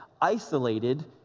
isolated